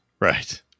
Right